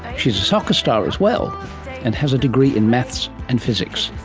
she is a soccer star as well and has a degree in maths and physics.